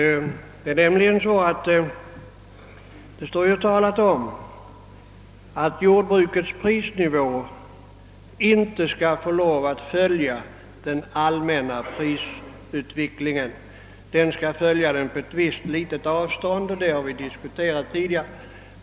Det nämns först om att jordbrukets prisnivå inte skall få följa den allmänna prisutvecklingen utan skall hålla ett visst mindre avstånd till denna — en sak som vi tidigare diskuterat.